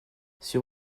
sur